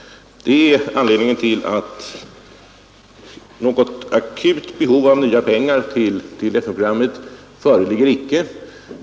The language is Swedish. Det är anledningen till att något akut behov av nya pengar till FN-programmet icke föreligger.